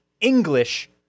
English